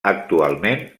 actualment